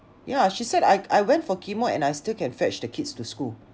ya she said I I went for chemo and I still can fetch the kids to school